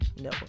No